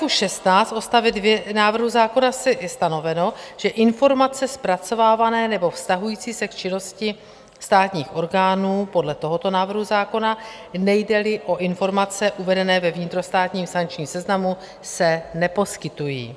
V § 16 odst. 2 návrhu zákona je stanoveno, že informace zpracovávané nebo vztahující se k činnosti státních orgánů podle tohoto návrhu zákona, nejdeli o informace uvedené ve vnitrostátním sankčním seznamu, se neposkytují.